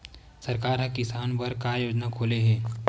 सरकार ह किसान बर का योजना खोले हे?